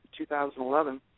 2011